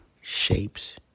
shapes